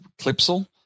Clipsal